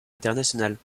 internationales